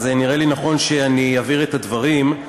אז נראה לי נכון שאני אבהיר את הדברים.